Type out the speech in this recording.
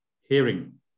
Hearing